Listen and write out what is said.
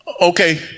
Okay